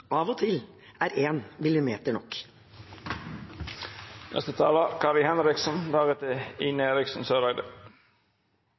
av og til – er en millimeter nok.